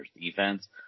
defense